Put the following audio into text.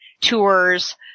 tours